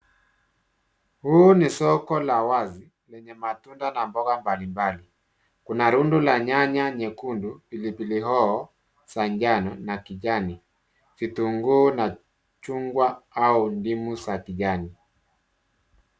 Huu ni soko la wazi lenye matunda na mboga mbali mbali, kuna rundu la nyanya nyekundu, pilipili hoho za njano na kijani, vituguu na chungwa au ndimu za kijani.